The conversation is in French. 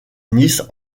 nice